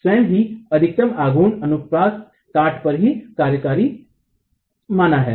स्वयं ही अधिकतम आघुर्ण अनुप्रस्थ काट पर ही कार्यकारी माना है